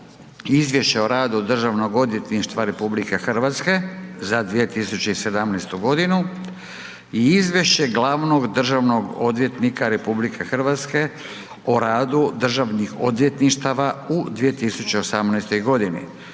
Izvješće o radu Državnog odvjetništva RH za 2017. godinu i - Izvješće glavnog državnog odvjetnika RH o radu državnih odvjetništava u 2018. godini